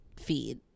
feed